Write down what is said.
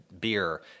beer